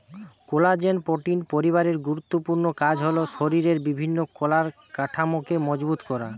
collagen protein পরিবারের গুরুত্বপূর্ণ কাজ হল শরিরের বিভিন্ন কলার কাঠামোকে মজবুত করা